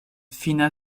fina